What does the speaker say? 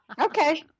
Okay